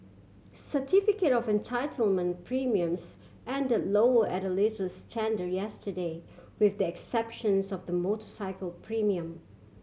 certificate of entitlement premiums end lower at the latest tender yesterday with the exceptions of the motorcycle premium